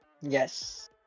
yes